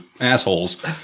assholes